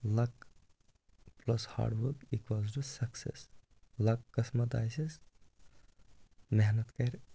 luck plus hard work equals to success luck قٕسمَت آسٮ۪س محنت کَرِ